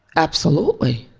absolutely.